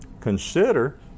consider